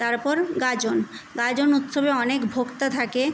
তারপর গাজন গাজন উৎসবে অনেক ভোক্তা থাকে